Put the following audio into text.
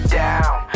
down